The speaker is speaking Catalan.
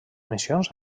missions